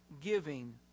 giving